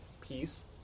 peace